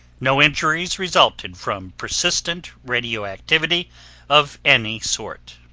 no injuries resulted from persistent radioactivity of any sort.